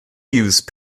use